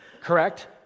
correct